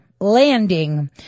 landing